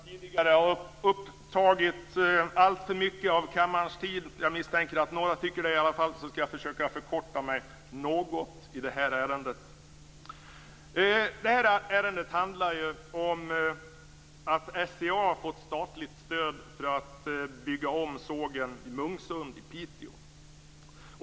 Fru talman! Om jag tidigare upptagit alltför mycket av kammarens tid - jag misstänker att några tycker det - skall jag försöka förkorta mitt anförande något i det här ärendet. Det här ärendet handlar om att SCA fått statligt stöd för att bygga om sågen i Munksund i Piteå.